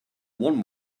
one